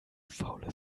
faule